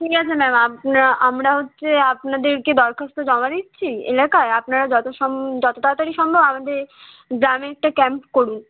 ঠিক আছে ম্যাম আপনা আমরা হচ্ছে আপনাদেরকে দরখাস্ত জমা দিচ্ছি এলাকার আপনারা যতো সম যতো তাড়াতাড়ি সম্ভব আমাদের গ্রামে একটা ক্যাম্প করুন